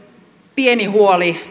pieni huoli